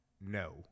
no